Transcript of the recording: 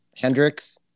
Hendricks